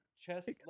chest